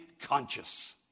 conscious